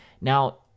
Now